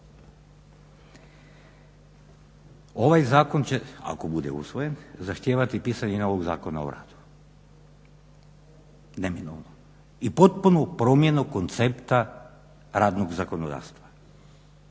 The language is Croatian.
ovaj zakon će, ako bude usvojen zahtijevati pisanje novog Zakona o radu, neminovno. I potpuno promjenu koncepta radnog zakonodavstva.